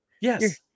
Yes